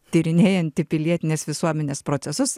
tyrinėjanti pilietinės visuomenės procesus